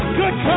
good